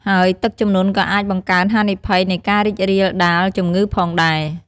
ហើយទឹកជំនន់ក៏អាចបង្កើនហានិភ័យនៃការរីករាលដាលជំងឺផងដែរ។